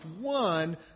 one